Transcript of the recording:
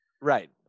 Right